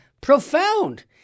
Profound